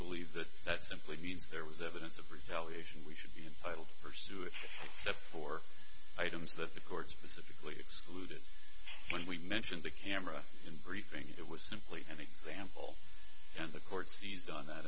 believe that that simply means there was evidence of retaliation we should be entitled pursue it except for items that the court specifically excluded when we mention the camera in briefing it was simply an example and the court sees done that